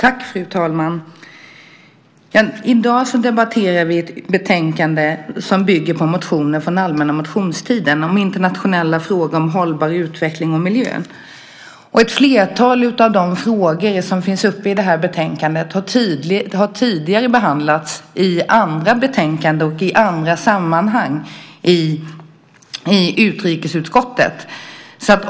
Fru talman! I dag debatterar vi ett betänkande som bygger på motioner från allmänna motionstiden om internationella frågor, om hållbar utveckling och miljö. Ett flertal av de frågor som tas upp i detta betänkande har tidigare behandlats i andra betänkanden och i andra sammanhang i utrikesutskottet.